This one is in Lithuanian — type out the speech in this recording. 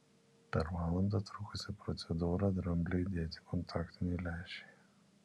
per valandą trukusią procedūrą dramblei įdėti kontaktiniai lęšiai